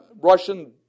Russian